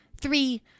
Three